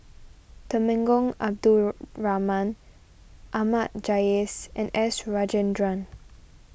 Temenggong Abdul Rahman Ahmad Jais and S Rajendran